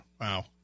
Wow